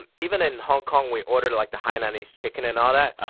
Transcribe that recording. and even in hong kong, we ordered, like, the hainanese chicken and all that. ah